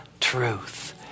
truth